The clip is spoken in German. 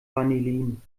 vanillin